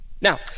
Now